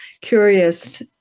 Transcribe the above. curious